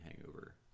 hangover